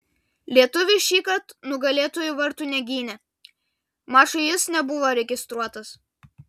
lietuvis šįkart nugalėtojų vartų negynė mačui jis nebuvo registruotas